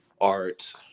art